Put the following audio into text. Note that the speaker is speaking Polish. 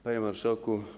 Panie Marszałku!